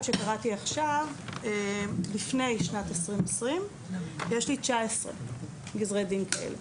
שקראתי עכשיו לפני שנת 2020. יש לי 19 גזרי דין כאלה.